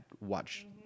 watch